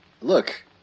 look